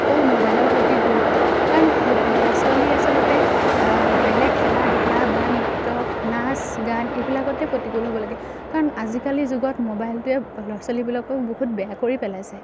অকল ম'বাইলৰ প্ৰতি গুৰুত্ব কাৰণ ল'ৰা ছোৱালীয়ে আচলতে বেলেগ খেলা ধূলা বা নৃত্য নাচ গান এইবিলাকতে প্ৰতিকূল হ'ব লাগে কাৰণ আজিকালিৰ যুগত ম'বাইলটোৱে ল'ৰা ছোৱালীবিলাকক বহুত বেয়া কৰি পেলাইছে